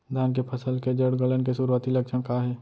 धान के फसल के जड़ गलन के शुरुआती लक्षण का हे?